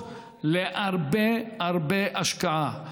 שזקוקות להרבה הרבה השקעה.